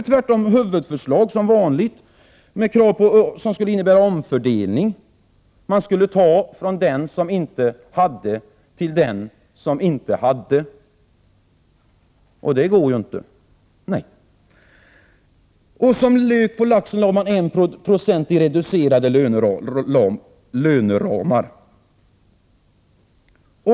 Tvärtom lade man som vanligt som huvudförslag krav på omfördelning. Man skulle ta från den som inte hade till den som inte hade — det går ju inte! Som lök på laxen lade man in en reducering av löneramarna med 1 90.